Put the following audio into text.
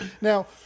now